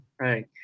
right